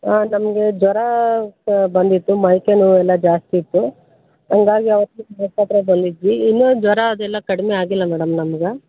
ಹಾಂ ನಮಗೆ ಜ್ವರ ಬಂದಿತ್ತು ಮೈಕೈ ನೋವೆಲ್ಲ ಜಾಸ್ತಿ ಇತ್ತು ಹಂಗಾಗಿ ಅವತ್ತು ಬಂದಿದ್ವಿ ಇನ್ನೂ ಜ್ವರ ಅದೆಲ್ಲ ಕಡಿಮೆ ಆಗಿಲ್ಲ ಮೇಡಮ್ ನಮ್ಗೆ